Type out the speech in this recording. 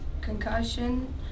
concussion